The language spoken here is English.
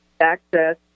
access